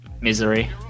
misery